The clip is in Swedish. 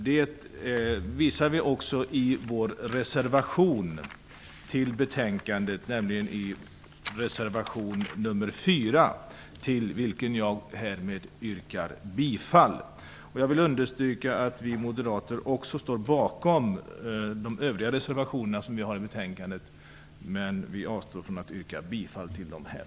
Det visar vi också i vår reservation till betänkandet, nämligen i reservation nr 4, till vilken jag härmed yrkar bifall. Jag vill understryka att vi moderater också står bakom övriga reservationer vi har i betänkandet, men vi avstår från att yrka bifall till dem här.